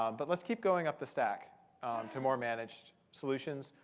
um but let's keep going up the stack to more managed solutions.